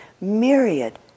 myriad